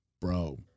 Bro